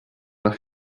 nach